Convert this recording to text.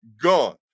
Gone